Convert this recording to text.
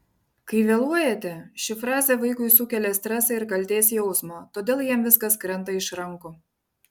kai vėluojate ši frazė vaikui sukelia stresą ir kaltės jausmą todėl jam viskas krenta iš rankų